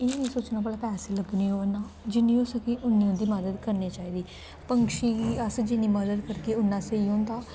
एह् निं सोचना भला पैसे लग्गने ओह् ना जि'न्नी होई सकै उ'न्नी उं'दी मदद करनी चाहिदी पंछियें दी अस जि'न्नी मदद करगे उ'न्ना स्हेई होंदा